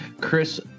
Chris